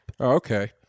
Okay